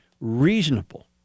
reasonable